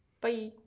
Bye